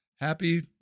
Happy